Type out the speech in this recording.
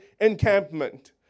encampment